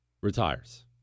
retires